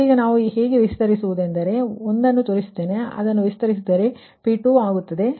ಇದೀಗ ನೀವು ಏನು ವಿಸ್ತರಿಸುತ್ತೀರಿ ಎಂದು ನಿಮಗೆ ತಿಳಿದಿದೆ ನಾನು ಇದನ್ನು ತೋರಿಸುತ್ತೇನೆ ಆದ್ದರಿಂದ ಇದನ್ನು ವಿಸ್ತರಿಸಿದರೆ P2 ಆಗುತ್ತದೆ